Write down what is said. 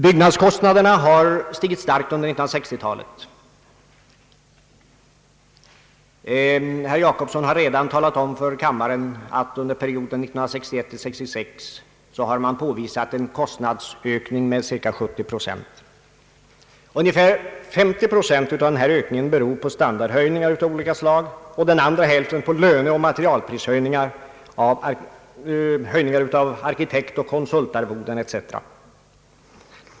Byggnadskostnaderna har stigit starkt under 1960-talet. Herr Per Jacobsson har redan erinrat kammaren om att kostnaderna under perioden 1961—1966 ökade med cirka 70 procent. Ungefär hälften av denna ökning beror på standardhöjningar av olika slag och ungefär hälften på löneoch materialprishöjningar, stegring av arkitektoch konsultarvoden etc.